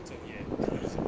这面 class